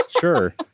sure